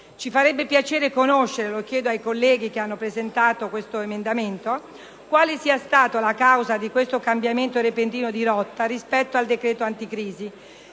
Ci farebbe piacere conoscere - lo chiedo ai colleghi che hanno presentato tale modifica - quale sia stata la causa di questo cambiamento repentino di rotta rispetto al decreto anticrisi,